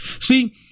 See